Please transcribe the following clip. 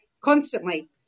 constantly